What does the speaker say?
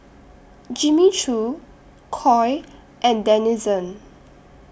Jimmy Choo Koi and Denizen